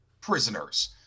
prisoners